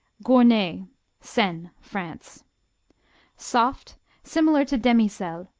gournay seine, france soft, similar to demi-sel,